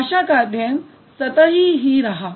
भाषा का अध्ययन सतही ही रहा